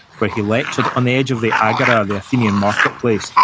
where he lectured on the edge of the agora, the athenian marketplace,